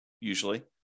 usually